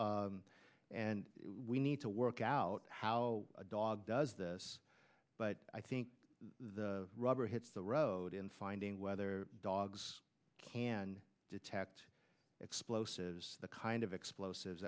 and we need to work out how a dog does this but i think the rubber hits the road in finding whether dogs can detect explosives the kind of explosives